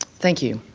thank you.